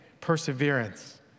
Perseverance